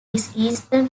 eastern